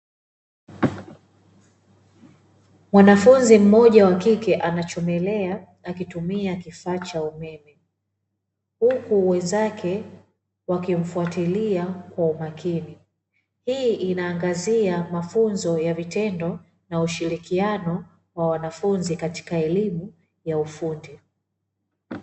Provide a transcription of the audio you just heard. Mwanafunzi mmoja wa kike anachomelea, akitumia kifaa cha umeme, huku wenzake wakimfuatilia kwa umakini. Hii inaangazia mafunzo ya vitendo na ushirikiano wa wanafunzi katika elimu ya ufundi.